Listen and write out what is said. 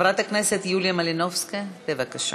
חברת הכנסת יוליה מלינובסקי, בבקשה.